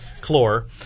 Chlor